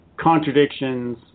contradictions